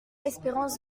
espérance